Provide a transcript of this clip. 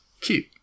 Cute